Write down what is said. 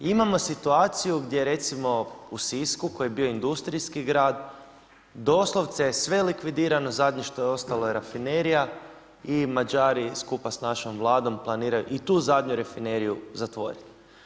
Imamo situaciju gdje recimo u Sisku koji je bio industrijski grad, doslovce je sve likvidirano, zadnje što je ostalo je rafinerija i Mađari skupa sa našom Vladom planiraju i tu zadnju rafineriju zatvoriti.